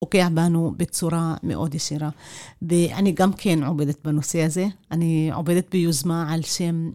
פוגע בנו בצורה מאוד ישירה. ואני גם כן עובדת בנושא הזה, אני עובדת ביוזמה על שם...